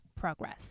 progress